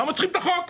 למה צריכים את החוק?